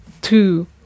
two